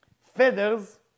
feathers